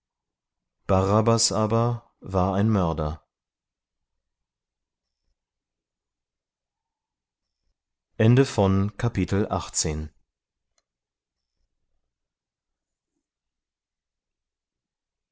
barabbas aber war ein mörder